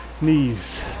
knees